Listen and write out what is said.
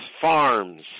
Farms